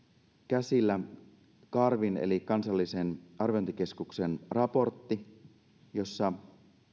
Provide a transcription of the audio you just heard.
käsillä karvin eli kansallisen arviointikeskuksen raportti jossa